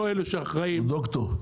הוא ד"ר.